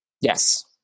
Yes